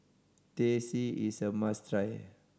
Teh C is a must try